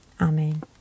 amen